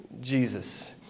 Jesus